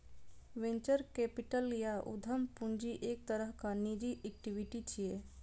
venture capital या उद्यम पूंजी एक तरहक निजी इक्विटी छियै